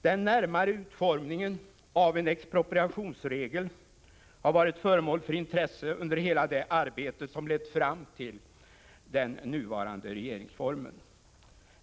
Den närmare utformningen av en expropriationsregel har varit föremål för intresse under hela det arbete som lett fram till den nuvarande regeringsformen.